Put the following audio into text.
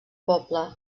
poble